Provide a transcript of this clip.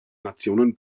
nationen